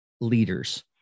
leaders